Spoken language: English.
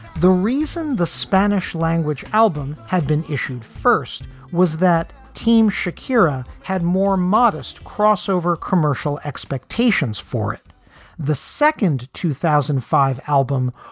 the reason the spanish language album had been issued first was that team shakira had more modest crossover commercial expectations for it the second two thousand and five album,